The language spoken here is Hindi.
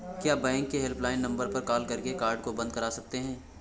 क्या बैंक के हेल्पलाइन नंबर पर कॉल करके कार्ड को बंद करा सकते हैं?